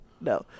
No